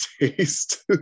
taste